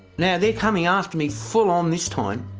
now they're coming after me full on this time,